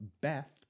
Beth